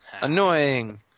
Annoying